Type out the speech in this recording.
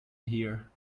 here